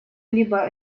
либо